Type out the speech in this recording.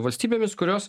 valstybėmis kurios